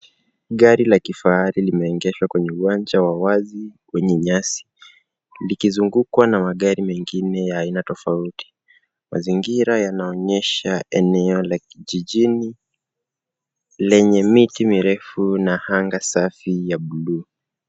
Gari la kifahari limeegeshwa kwenye uwanja wa wazi kwenye nyasi likizungukwa na magari mengine ya rangi tofauti. Mazingira yanaonyesha eneo la kijijini lenye miti mirefu na anga safi ya bluu.